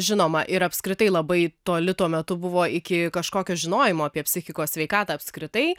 žinoma ir apskritai labai toli tuo metu buvo iki kažkokio žinojimo apie psichikos sveikatą apskritai